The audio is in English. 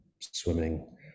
swimming